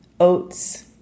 Oats